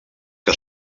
que